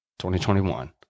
2021